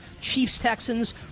Chiefs-Texans